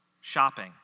shopping